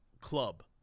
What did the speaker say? club